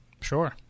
Sure